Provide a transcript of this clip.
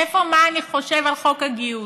איפה מה אני חושב על חוק הגיוס?